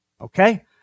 okay